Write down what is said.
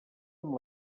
amb